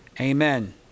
Amen